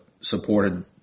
supported